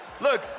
Look